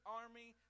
army